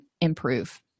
improve